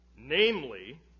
Namely